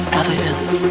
evidence